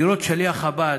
לראות שליח חב"ד,